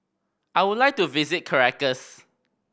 I would like to visit Caracas